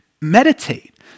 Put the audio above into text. Meditate